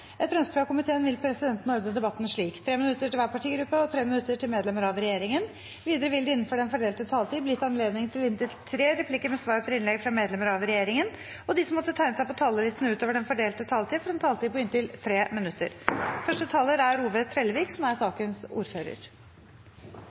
Etter ønske fra kommunal- og forvaltningskomiteen vil presidenten ordne debatten slik: 3 minutter til hver partigruppe og 3 minutter til medlemmer av regjeringen. Videre vil det – innenfor den fordelte taletid – bli gitt anledning til inntil tre replikker med svar etter innlegg fra medlemmer av regjeringen, og de som måtte tegne seg på talerlisten utover den fordelte taletid, får en taletid på inntil 3 minutter. Det er ein samla komité som